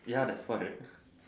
ya thats why